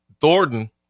Thornton